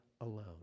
alone